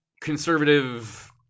conservative